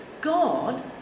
God